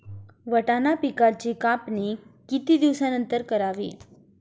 वाटाणा पिकांची कापणी किती दिवसानंतर करावी?